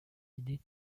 idées